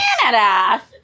Canada